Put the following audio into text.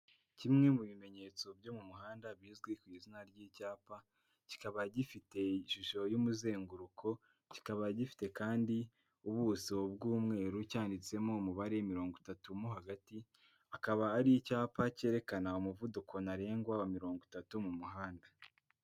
Kimwe mu bimenyetso byo mu muhanda bizwi ku izina ry'icyapa, kikaba gifite ishusho y'umuzenguruko, kikaba gifite kandi ubuso bw'umweru cyanitsemo umubare mirongo itatu mo hagati, akaba ari icyapa cyerekana umuvuduko ntarengwa wa mirongo itatu mu muhanda.